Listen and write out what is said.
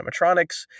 animatronics